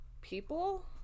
people